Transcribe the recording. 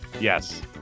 Yes